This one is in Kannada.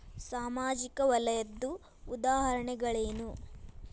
ಸಾಮಾಜಿಕ ವಲಯದ್ದು ಉದಾಹರಣೆಗಳೇನು?